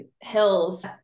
hills